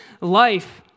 life